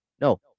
no